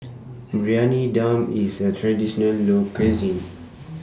Briyani Dum IS A Traditional Local Cuisine